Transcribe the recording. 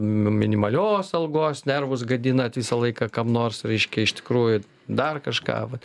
minimalios algos nervus gadinat visą laiką kam nors reiškia iš tikrųjų dar kažką vat